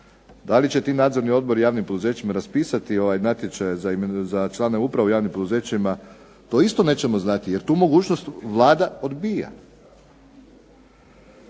Da li će ti nadzorni odbori javnim poduzećima raspisati natječaje za članove uprava u javnim poduzećima, to isto nećemo znati, jer tu mogućnost Vlada odbija.